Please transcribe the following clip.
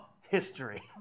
history